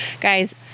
Guys